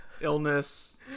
illness